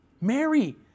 Mary